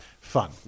fun